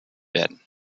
werden